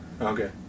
Okay